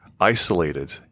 isolated